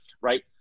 right